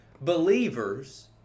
believers